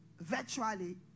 virtually